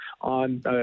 on